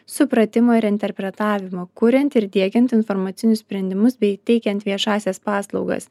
supratimo ir interpretavimo kuriant ir diegiant informacinius sprendimus bei teikiant viešąsias paslaugas